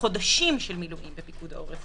חודשים של מילואים בפיקוד העורף,